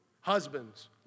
Husbands